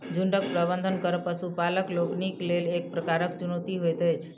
झुंडक प्रबंधन करब पशुपालक लोकनिक लेल एक प्रकारक चुनौती होइत अछि